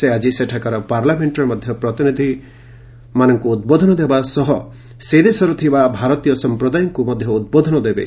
ସେ ଆଜି ସେଠାକାର ପାର୍ଲାମେଷ୍ଟ୍ରେ ମଧ୍ୟ ଲୋକପ୍ରତିନିଧିମାନଙ୍କୁ ଉଦ୍ବୋଧନ ଦେବା ସହ ସେ ଦେଶରେ ଥିବା ଭାରତୀୟ ସଂପ୍ରଦାୟଙ୍କୁ ମଧ୍ୟ ଉଦ୍ବୋଧନ ଦେବେ